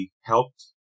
helped